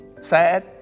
sad